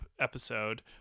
episode